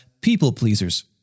people-pleasers